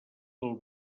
del